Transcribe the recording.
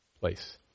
place